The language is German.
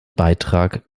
beitrag